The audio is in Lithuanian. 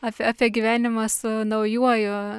apie apie gyvenimą su naujuoju